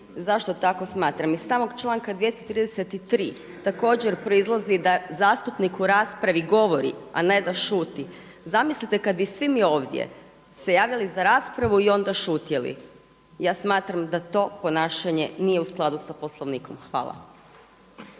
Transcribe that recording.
Zašto tako smatram? Iz samog članka 233. također proizlazi da zastupnik u raspravi govori, a ne da šuti. Zamislite kad bi svi mi ovdje se javljali za raspravu i onda šutjeli. Ja smatram da to ponašanje nije u skladu sa Poslovnikom. Hvala.